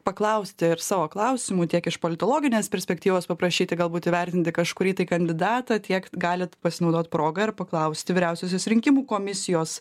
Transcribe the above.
paklausti ir savo klausimų tiek iš politologinės perspektyvos paprašyti galbūt įvertinti kažkurį kandidatą tiek galit pasinaudot proga ir paklausti vyriausiosios rinkimų komisijos